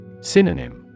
Synonym